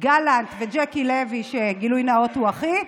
גלנט וג'קי לוי, גילוי נאות, הוא אחי,